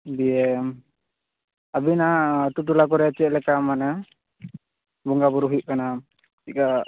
ᱫᱤᱭᱮ ᱟ ᱵᱤᱱᱟᱜ ᱟᱛᱳ ᱴᱚᱞᱟᱠᱚᱨᱮ ᱪᱮᱫᱞᱮᱠᱟ ᱢᱟᱱᱮ ᱵᱚᱸᱜᱟ ᱵᱳᱨᱳ ᱦᱩᱭᱩᱜ ᱠᱟᱱᱟ ᱪᱮᱠᱟ